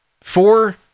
four